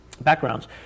backgrounds